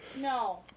No